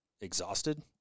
exhausted